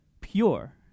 pure